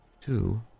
Two